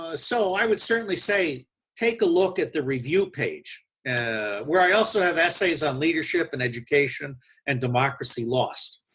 ah so, i would certainly say take a look at the review page where i also have essays on leadership and education and democracy lost.